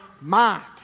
mind